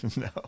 No